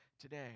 today